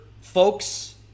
folks